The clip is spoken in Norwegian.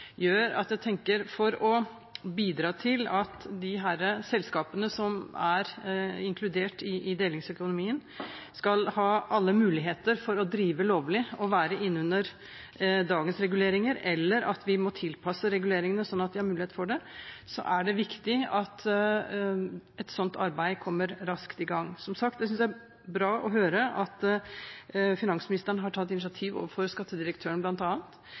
gjør at jeg tenker at for å bidra til at de selskapene som er inkludert i delingsøkonomien, skal ha alle muligheter for å drive lovlig og være innunder dagens reguleringer, eller at vi må tilpasse reguleringene, sånn at de har mulighet for det, er det viktig at et sånt arbeid kommer raskt i gang. Jeg synes det er bra å høre at finansministeren har tatt initiativ overfor skattedirektøren,